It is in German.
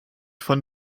von